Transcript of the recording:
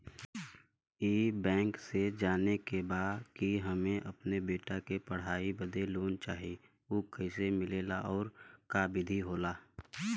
ई बैंक से जाने के बा की हमे अपने बेटा के पढ़ाई बदे लोन चाही ऊ कैसे मिलेला और का विधि होला?